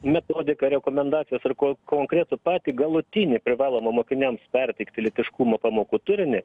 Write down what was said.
metodiką rekomendacijas ar ko konkretų patį galutinį privalomą mokiniams perteikti lytiškumo pamokų turinį